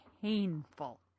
painful